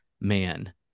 man